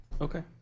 Okay